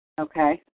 Okay